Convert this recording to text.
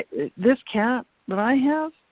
this cat that i have,